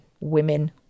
women